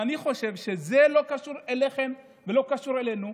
ואני חושב שזה לא קשור אליכם ולא קשור אלינו,